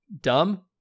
dumb